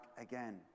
again